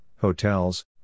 hotels